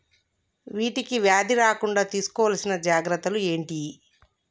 వీటికి వ్యాధి రాకుండా తీసుకోవాల్సిన జాగ్రత్తలు ఏంటియి?